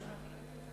סעיפים 1